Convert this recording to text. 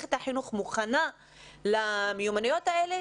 שמערכת החינוך מוכנה למיומנות האלה,